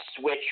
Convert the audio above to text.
switch